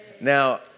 Now